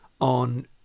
on